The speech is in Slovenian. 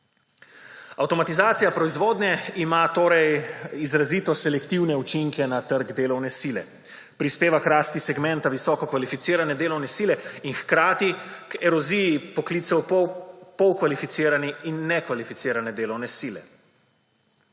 Avtomatizacija proizvodnje ima torej izrazito selektivne učinke na trg delovne sile. Prispeva k rasti segmenta visoko kvalificirane delovne sile in hkrati k eroziji poklicev polkvalificirane in nekvalificirane delovne sile.